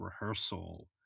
rehearsal